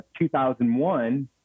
2001